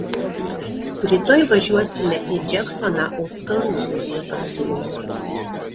rytoj važiuosime į džeksoną auskarų pasiūlau